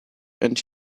and